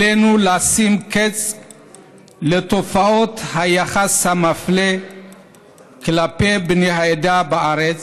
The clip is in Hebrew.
עלינו לשים קץ לתופעות היחס המפלה כלפי בני העדה בארץ